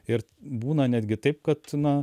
ir būna netgi taip kad na